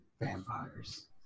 Vampires